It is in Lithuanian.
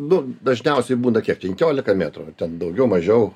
nu dažniausiai būna kiek penkiolika metrų ten daugiau mažiau